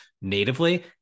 natively